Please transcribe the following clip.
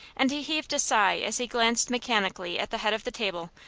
and he heaved a sigh as he glanced mechanically at the head of the table,